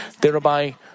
thereby